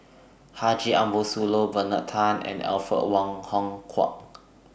Haji Ambo Sooloh Bernard Tan and Alfred Wong Hong Kwok